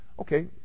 Okay